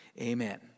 amen